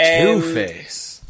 Two-Face